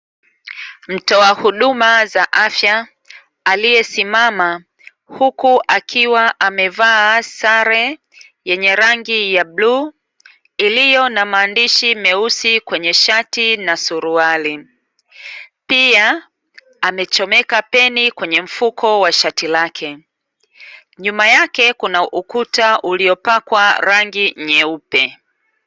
Mtoa huduma za afya aliyesimama huku akiwa amevaa sare yenye rangi ya bluu, iliyo na maandishi meusi kwenye shati na suruali, pia amechomeka peni kwenye mfuko wa shati lake. Nyuma yake kuna ukuta uliyopakwa rangi nyeupe.